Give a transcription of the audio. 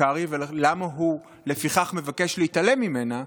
קרעי ולמה הוא לפיכך מבקש להתעלם ממנה,